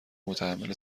متحمل